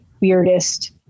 weirdest